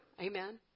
Amen